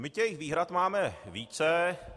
My těch výhrad máme více.